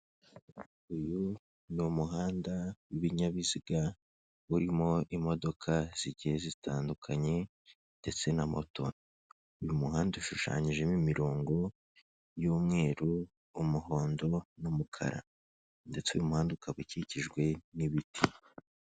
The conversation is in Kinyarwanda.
Uyu ni umuhanda w'ibinyabiziga urimo imodoka zigiye zitandukanye ndetse na moto, uyu muhanda ushushanyijemo imirongo y'umweru, umuhondo n'umukara ndetse uyu muhanda ukaba ukikijwe n'ibiti.